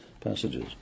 passages